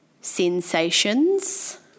Sensations